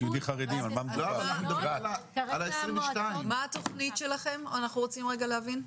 מה התוכנית שלכם, אנחנו רוצים רגע להבין?